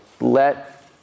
let